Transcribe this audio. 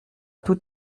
tout